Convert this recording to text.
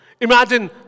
Imagine